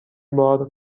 بار